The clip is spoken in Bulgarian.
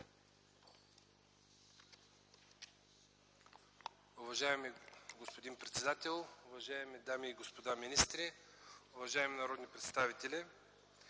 Уважаеми господин председател, уважаеми дами и господа министри, уважаеми народни представители!